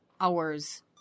hours